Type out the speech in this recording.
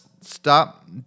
stop